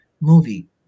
movie